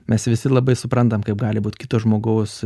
mes visi labai suprantam kaip gali būt kito žmogaus